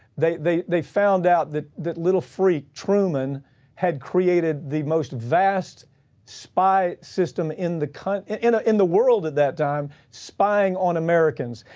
they, they, they found out that that little free truman had created the most vast spy system in the country, in ah in the world at that time, spying on americans